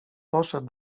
poszedł